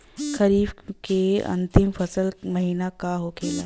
खरीफ के अंतिम फसल का महीना का होखेला?